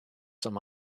some